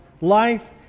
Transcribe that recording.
life